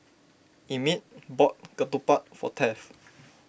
Emmit bought Ketupat for Taft